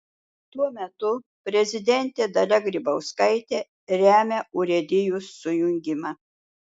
tuo metu prezidentė dalia grybauskaitė remia urėdijų sujungimą